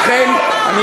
ולכן,